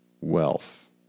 wealth